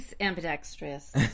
ambidextrous